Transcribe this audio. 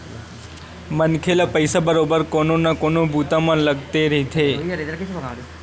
मनखे ल पइसा बरोबर कोनो न कोनो बूता म लगथे रहिथे